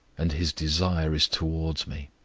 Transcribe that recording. and his desire is toward me.